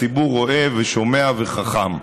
הציבור רואה ושומע וחכם.